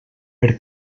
per